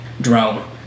drone